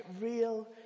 real